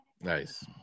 Nice